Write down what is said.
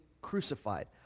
crucified